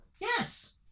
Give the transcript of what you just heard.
Yes